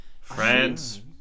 France